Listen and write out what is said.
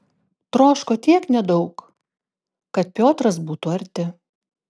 troško tiek nedaug kad piotras būtų arti